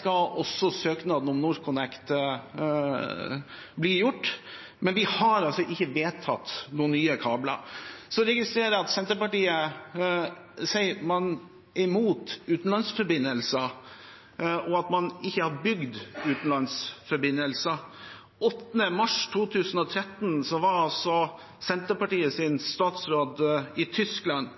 Så også med søknaden fra NorthConnect, men vi har altså ikke vedtatt noen nye kabler. Jeg registrerer at Senterpartiet sier at de er imot utenlandsforbindelser, og at man ikke har bygd utenlandsforbindelser. Den 8. mars 2013 var Senterpartiets statsråd i Tyskland,